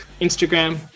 Instagram